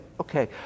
Okay